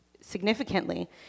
significantly